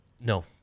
No